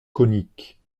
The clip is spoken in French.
conique